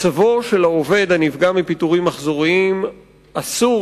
מצבו של העובד הנפגע מפיטורים מחזוריים אסור